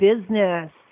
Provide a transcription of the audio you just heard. business